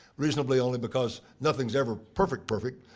reasonably only because nothing's ever perfect, perfect.